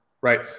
Right